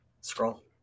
Scroll